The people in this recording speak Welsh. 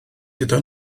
gyda